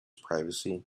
privacy